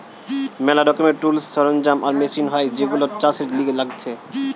ম্যালা রকমের টুলস, সরঞ্জাম আর মেশিন হয় যেইগুলো চাষের লিগে লাগতিছে